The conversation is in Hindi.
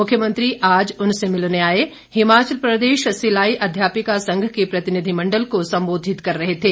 मुख्यमंत्री आज उनसे मिलने आए हिमाचल प्रदेश सिलाई अध्यापिका संघ के प्रतिनिधिमंडल को संबोधित कर रहे थे